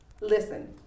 listen